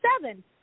seven